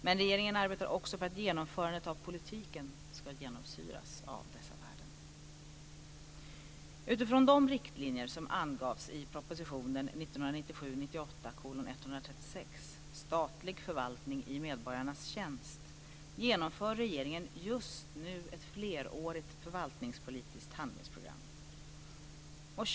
Men regeringen arbetar också för att genomförandet av politiken ska genomsyras av dessa värden. Utifrån de riktlinjer som angavs i propositionen 1997/98:136, Statlig förvaltning i medborgarnas tjänst, genomför regeringen just nu ett flerårigt förvaltningspolitiskt handlingsprogram.